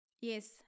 yes